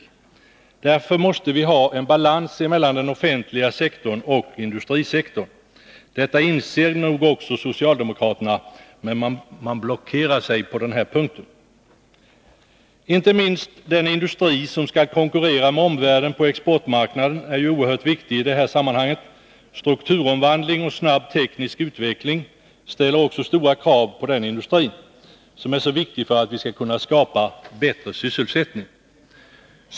Därför måste vi ha en balans mellan den offentliga sektorn och industrisektorn. Detta inser nog också socialdemokraterna, men de blockerar sig på den punkten. Inte minst den industri som skall konkurrera med omvärlden på exportmarknaden är oerhört viktig i detta sammanhang. Strukturomvandling och snabb teknisk utveckling ställer stora krav på denna industri, som är så viktig för att vi skall kunna skapa bättre sysselsättning.